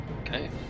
Okay